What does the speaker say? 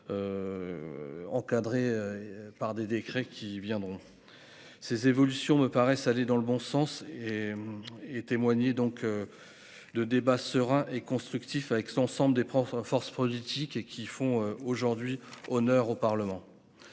Encadrés par des décrets qui viendront. Ces évolutions me paraissent aller dans le bon sens et. Et témoigner donc. De débat serein et constructif avec son ensemble des profs forces politique et qui font aujourd'hui. Honneur au Parlement.